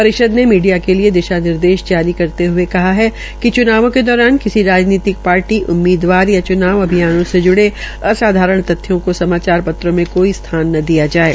परिषद ने मीडिया के लिये दिशा निर्देश जारी करते हये कहा कि चुनावों के दौरान किसी राजनीतिक पार्टी उम्मीदवार या च्नाव अभियान से ज्ड़े आसाधारण तथ्यों को समाचार पत्रों मे कोई स्थान न दिया जाये